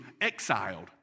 exiled